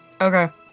Okay